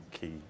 key